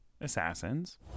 Assassins